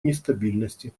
нестабильности